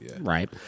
right